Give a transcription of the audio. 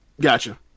Gotcha